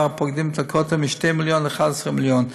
הפוקדים את הכותל מ-2 מיליון ל-11 מיליון.